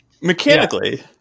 mechanically